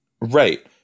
Right